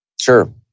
Sure